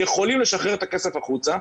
יכולים לשחרר את הכסף החוצה,